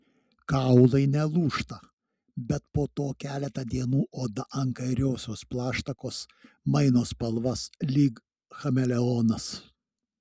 kaulai nelūžta bet po to keletą dienų oda ant kairiosios plaštakos maino spalvas lyg chameleonas